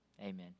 Amen